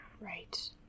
Right